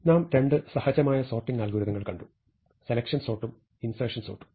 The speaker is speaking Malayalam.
നാം രണ്ട് സഹജമായ സോർട്ടിങ് അൽഗോരിതങ്ങൾ കണ്ടു സെലക്ഷൻ സോർട്ടും ഇൻസേർഷൻ സോർട്ടും